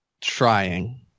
trying